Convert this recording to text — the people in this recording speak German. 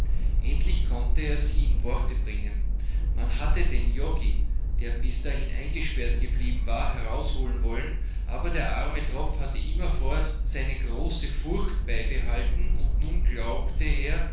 endlich konnte er sie in worte bringen man hatte den joggi der bis dahin eingesperrt geblieben war herausholen wollen aber der arme tropf hatte immerfort seine große furcht beibehalten und nun glaubte er